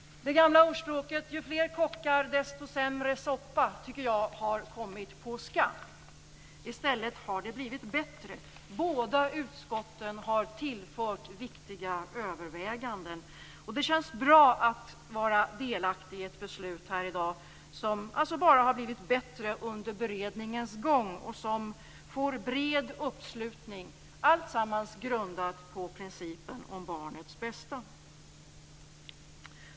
Det gamla ordspråket "ju fler kockar, desto sämre soppa" har kommit på skam. I stället har det blivit bättre. Båda utskotten har tillfört viktiga överväganden. Det känns bra att vara delaktig i ett beslut här i dag som alltså bara har blivit bättre under beredningens gång och som får bred uppslutning - alltsammans grundat på principen om barnets bästa.